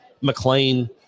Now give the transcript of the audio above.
McLean